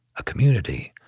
a community,